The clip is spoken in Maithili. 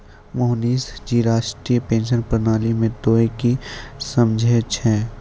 मोहनीश जी राष्ट्रीय पेंशन प्रणाली से तोंय की समझै छौं